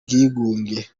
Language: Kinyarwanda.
bwigunge